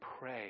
pray